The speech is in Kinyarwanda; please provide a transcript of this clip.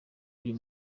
uyu